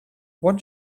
what